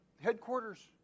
headquarters